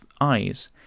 eyes